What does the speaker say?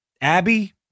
Abby